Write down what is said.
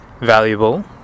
valuable